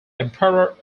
emperor